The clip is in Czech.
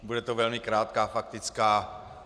Bude to velmi krátká faktická.